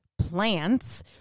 plants